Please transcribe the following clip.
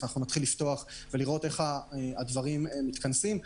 נתחיל לפתוח ולראות איך הדברים מתכנסים,